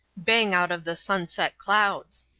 bang out of the sunset clouds.